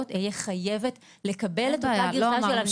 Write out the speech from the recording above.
אהיה חייבת לקבל את אותה גרסה של הנפגע.